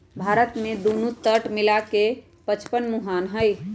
भारत में दुन्नो तट मिला के पचपन मुहान हई